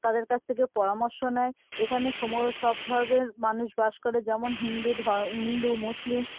তাদের কাছ থেকে পরামর্শ নেয় এখানে সব ধর্মের মানুষ বাস করে যেমন হিন্দু হিন্দু মুসলিম